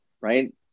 right